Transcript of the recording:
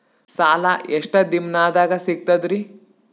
ಸಾಲಾ ಎಷ್ಟ ದಿಂನದಾಗ ಸಿಗ್ತದ್ರಿ?